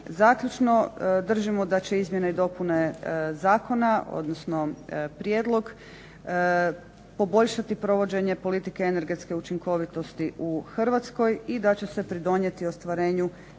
Zaključno. Držimo da će izmjene i dopune zakona, odnosno prijedlog poboljšati provođenje politike energetske učinkovitosti u Hrvatskoj i da će se pridonijeti ostvarenju